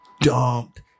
dumped